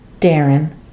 Darren